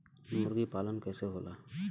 मुर्गी पालन कैसे होला?